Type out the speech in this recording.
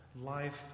life